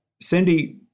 Cindy